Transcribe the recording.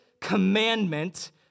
commandment